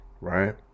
right